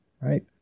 right